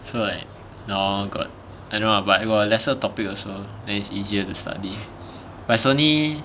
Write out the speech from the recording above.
so like you know got I don't know lah but got lesser topic also then it's easier to study but it's only